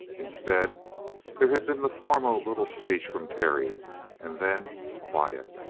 instead there had been the formal little speech from terry and then quiet.